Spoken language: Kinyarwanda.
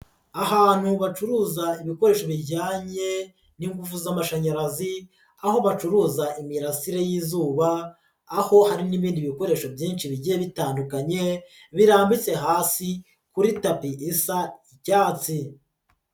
Ahantu bacuruza ibikoresho bijyanye n'ingufu z'amashanyarazi, aho bacuruza imirasire y'izuba, aho hari n'ibindi bikoresho byinshi bigiye bitandukanye, birambitse hasi kuri tapi isa icyatsi.